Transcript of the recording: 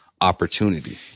opportunity